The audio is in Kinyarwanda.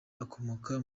akomoka